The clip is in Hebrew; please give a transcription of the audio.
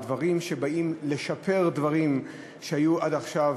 זה דברים שבאים לשפר דברים שהיו עד עכשיו